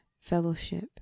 fellowship